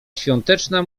świąteczna